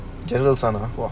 general son ah !wah!